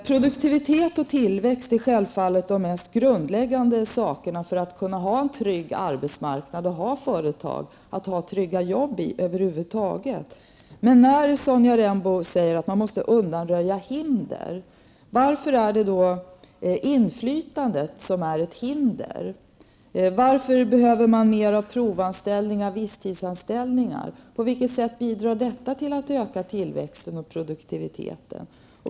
Produktivitet och tillväxt är självfallet det mest grundläggande för en trygg arbetsmarknad och för företag med trygga jobb. Sonja Rembo säger att man måste undanröja hinder. Men varför är då inflytandet ett hinder? Varför behöver man större möjligheter till provanställningar och visstidsanställningar? På vilket sätt bidrar det till att öka tillväxten och produktiviteten?